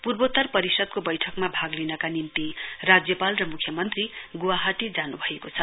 पूर्वोत्तर परिषदको बैठकमा भाग लिनका निम्ति राज्यपाल र मुख्यमन्त्री गुवाहाटी जानुभएको हो